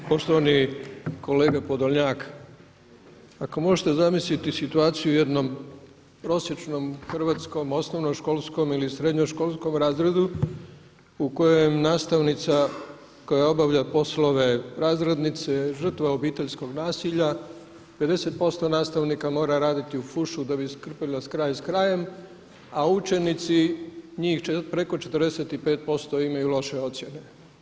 Poštovani kolega Podolnjak, ako možete zamisliti situaciju u jednom prosječnom hrvatskom osnovnoškolskom ili srednjoškolskom razredu u kojem nastavnica koja obavlja poslove razrednice žrtva je obiteljskog nasilja, 50% nastavnika mora raditi u fušu da bi skrpala kraj s krajem, a učenici njih preko 45% imaju loše ocjene.